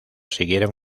siguieron